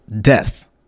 death